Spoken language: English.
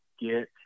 get